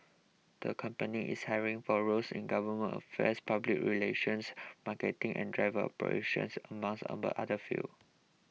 the company is hiring for roles in government affairs public relations marketing and driver operations among other fields